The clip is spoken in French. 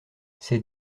ses